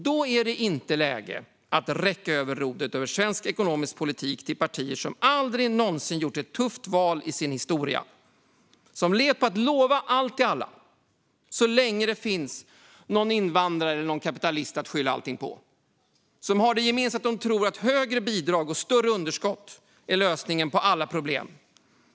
Då är det inte läge att räcka över rodret över svensk ekonomisk politik till partier som aldrig någonsin har gjort ett tufft val i sin historia. De har levt på att lova allt till alla, så länge det finns någon invandrare eller kapitalist att skylla allt på. De har det gemensamt att de tror att högre bidrag och större underskott är lösningen på alla problem.